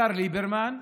השר ליברמן והגב'